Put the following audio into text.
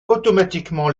automatiquement